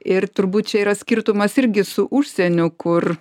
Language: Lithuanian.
ir turbūt čia yra skirtumas irgi su užsieniu kur